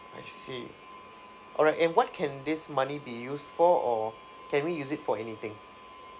I see all right and what can this money be used for or can we use it for anything